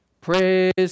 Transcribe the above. praise